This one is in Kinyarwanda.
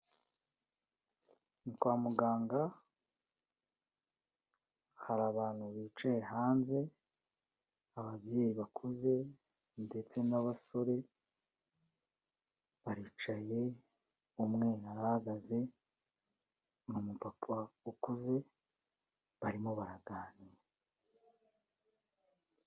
Kwa muganga hari abantu bicaye hanze, ababyeyi bakuze ndetse n'abasore, baricaye umwe arahagaze, hari umupapa ukuze barimo baraganira.